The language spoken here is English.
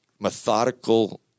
Methodical